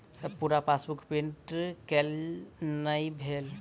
पूरा passbook print केल नहि भेल